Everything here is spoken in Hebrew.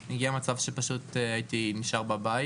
זה הגיע למצב שנשארתי בבית